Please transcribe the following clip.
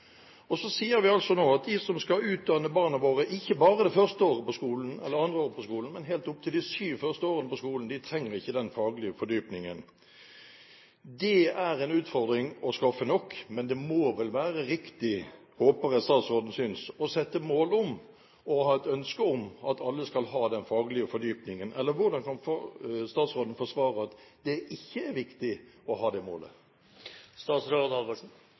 Så sier vi altså nå at de som skal utdanne barna våre, ikke bare det første eller andre året på skolen, men helt opp til de syv første årene på skolen, ikke trenger den faglige fordypningen. Det er en utfordring å skaffe nok, men det må vel være riktig – håper jeg statsråden synes – å sette som mål og ha et ønske om at alle skal ha den faglige fordypningen. Eller hvordan kan statsråden forsvare at det ikke er viktig å ha det